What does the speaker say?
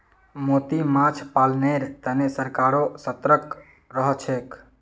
मोती माछ पालनेर तने सरकारो सतर्क रहछेक